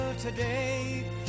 today